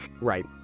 Right